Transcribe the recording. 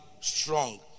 strong